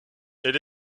elle